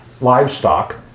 livestock